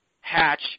hatch